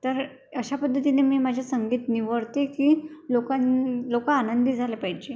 तर अशा पद्धतीने मी माझ्या संगीत निवडते की लोकां लोकं आनंदी झाला पाहिजे